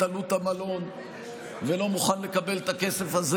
עלות המלון ולא מוכן לקבל את הכסף הזה